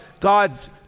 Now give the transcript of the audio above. God's